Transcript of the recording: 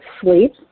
sleep